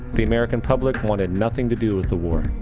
the american public wanted nothing to do with the war.